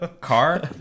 Car